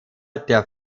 der